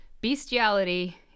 bestiality